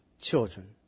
children